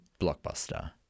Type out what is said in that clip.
blockbuster